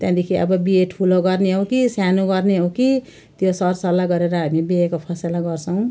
त्यहाँदेखि अब बिहे ठुलो गर्ने हो कि सानो गर्ने हो कि त्यो सरसल्लाह गरेर हामी बिहेको फसेला गर्छौँ